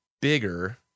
bigger